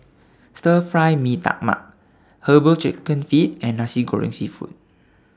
Stir Fry Mee Tai Mak Herbal Chicken Feet and Nasi Goreng Seafood